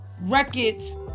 records